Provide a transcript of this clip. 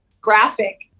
graphic